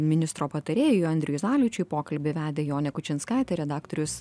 ministro patarėjui andriui zaličiui pokalbį vedė jonė kučinskaitė redaktorius